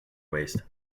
waste